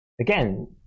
Again